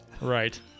Right